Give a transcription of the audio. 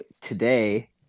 today